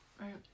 Right